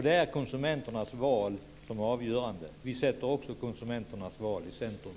Det är konsumenternas val som är avgörande, och vi sätter också konsumenternas val i centrum.